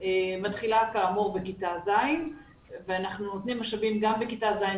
מתחילה כאמור בכיתה ז' ואנחנו נותנים משאבים גם לכיתה ז'